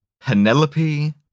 Penelope